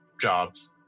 jobs